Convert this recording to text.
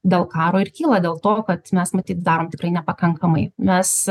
dėl karo ir kyla dėl to kad mes matyt darom tikrai nepakankamai mes